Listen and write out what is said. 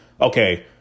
okay